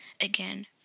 again